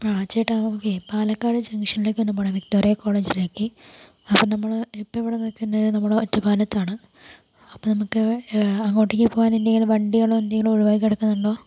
ആ ചേട്ടാ നമുക്കേ പാലക്കാട് ജംഗ്ഷനിലേക്ക് ഒന്ന് പോകണം വിക്ടോറിയ കോളേജിൽ ആക്കി അപ്പോൾ നമ്മള് എപ്പം ഇവിടെ നിക്കണ്ടേ നമ്മള് ഒറ്റപ്പാലത്താണ് അപ്പോൾ നമുക്ക് അങ്ങോട്ടേക്ക് പോകാൻ ഇനി വണ്ടികളും എന്തെങ്കിലും ഒഴിവായി കിടപ്പുണ്ടോ